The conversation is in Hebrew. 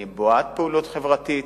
אני בעד פעילות חברתית,